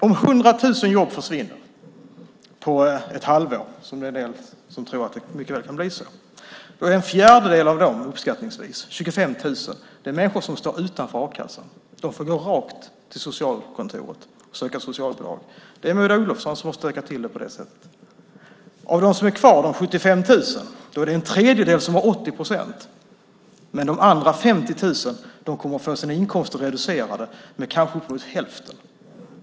Om 100 000 jobb försvinner på ett halvår - det finns de som tror att det mycket väl kan bli så - är uppskattningsvis en fjärdedel av dem som drabbas människor som står utanför a-kassan. De får gå till socialkontoret och söka socialbidrag. Det är Maud Olofsson som har stökat till det på det sättet. Av de 75 000 som är kvar har en tredjedel 80 procent. De andra 50 000 kommer att få sina inkomster reducerade med kanske upp emot hälften.